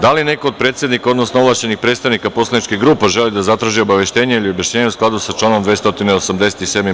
Da li neko od predsednika, odnosno ovlašćenih predstavnika poslaničkih grupa želi da zatraži obaveštenje ili objašnjenje u skladu sa članom 287.